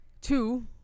Two